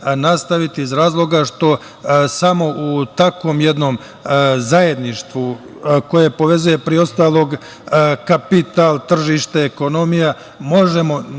iz razloga što samo u takvom jednom zajedništvu koje povezuje, pored ostalog, kapital, tržište, ekonomija, možemo